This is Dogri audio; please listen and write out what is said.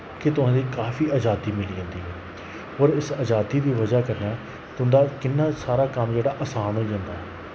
कि तोहें गी काफी अजादी मिली जंदी और इस अजादी दी वजह् कन्नै तुंदा किन्ना सारा कम्म जेह्ड़ा असान होई जंदा ऐ